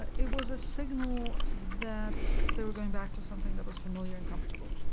it was a signal that they were going back to something that was familiar and comfortable,